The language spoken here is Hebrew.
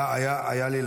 תודה רבה לך, היה לי לעונג.